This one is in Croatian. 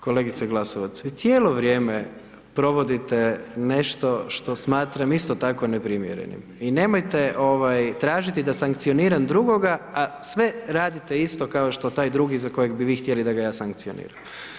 Kolegice Glasovac, vi cijelo vrijeme provodite nešto što smatram isto tako neprimjerenim i nemojte ovaj tražiti da sankcioniram drugoga, a sve radite isto kao što taj drugi za kojega bi vi htjeli da ga ja sankcioniram.